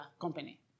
company